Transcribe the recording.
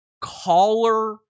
Caller